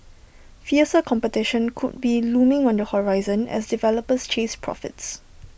fiercer competition could be looming on the horizon as developers chase profits